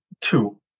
Two